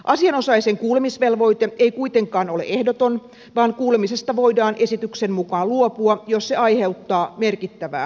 asianosaisen kuulemisvelvoite ei kuitenkaan ole ehdoton vaan kuulemisesta voidaan esityksen mukaan luopua jos se aiheuttaa merkittävää viivästystä